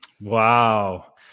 Wow